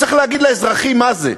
צריך להגיד לאזרחים מה זה.